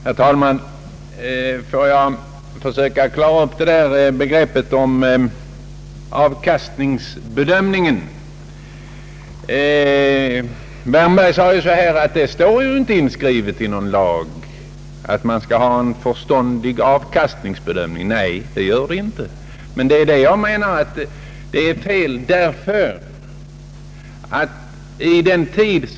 Herr talman! Låt mig försöka klara upp begreppet om avkastningsbedömningen. Herr Wärnberg sade att det inte står inskrivet i någon lag att man skall ha en förståndig avkastningsbedömning. Nej, det gör det inte, men detta anser jag vara fel.